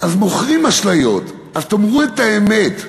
אז מוכרים אשליות, אז תאמרו את האמת.